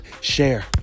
Share